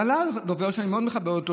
ועלה דובר שאני מאוד מכבד אותו,